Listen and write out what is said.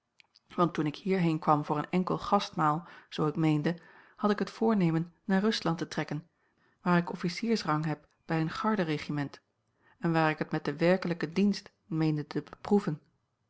want toen ik hierheen kwam voor een enkel gastmaal zoo ik meende had ik het voornemen a l g bosboom-toussaint langs een omweg naar rusland te trekken waar ik officiersrang heb bij een garderegiment en waar ik het met den werkelijken dienst meende te beproeven